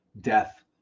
death